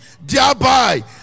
thereby